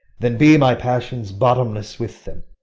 then be my passions bottomless with them.